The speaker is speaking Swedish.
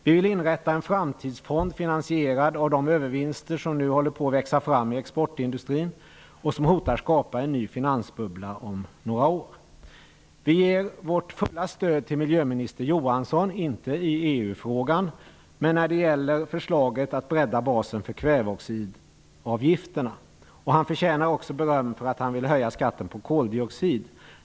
Vi vill inrätta en framtidsfond, finansierad av de övervinster som nu håller på att växa fram i exportindustrin och som hotar att skapa en ny finansbubbla om några år. Vi ger vårt fulla stöd till miljöminister Johansson, inte i EU-frågan men när det gäller förslaget att bredda basen för kväveoxidavgifterna. Han förtjänar även beröm för att han vill höja skatten på koldioxid.